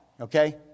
okay